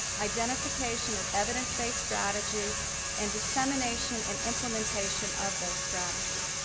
identification of evidence based strategies and dissemination and implementation of those strategies.